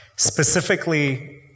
Specifically